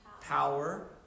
power